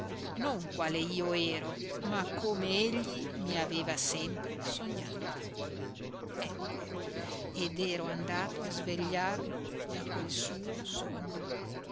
non quale io ero ma com'egli mi aveva sempre sognato ecco ed ero andato a svegliarlo da quel suo sogno